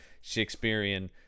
Shakespearean